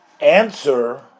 answer